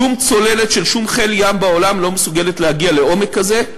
שום צוללת של שום חיל ים בעולם לא מסוגלת להגיע לעומק כזה.